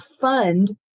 fund